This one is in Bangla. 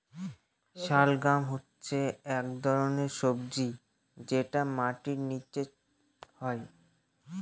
শালগাম হচ্ছে এক ধরনের সবজি যেটা মাটির নীচে হয়